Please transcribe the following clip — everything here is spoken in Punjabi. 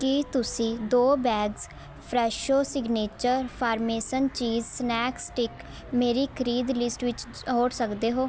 ਕੀ ਤੁਸੀਂ ਦੋ bags Fresho signature parmesan cheese snacks stick ਮੇਰੀ ਖਰੀਦ ਲਿਸਟ ਵਿੱਚ ਜੋੜ ਸਕਦੇ ਹੋ